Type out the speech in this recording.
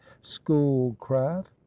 schoolcraft